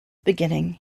beginning